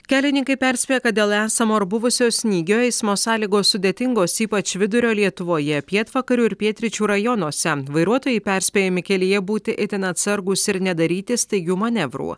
kelininkai perspėja kad dėl esamo ar buvusio snygio eismo sąlygos sudėtingos ypač vidurio lietuvoje pietvakarių ir pietryčių rajonuose vairuotojai perspėjami kelyje būti itin atsargūs ir nedaryti staigių manevrų